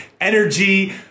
energy